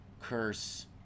Curse